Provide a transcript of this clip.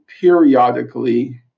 periodically